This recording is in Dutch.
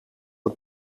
een